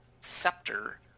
Scepter